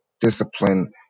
discipline